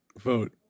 vote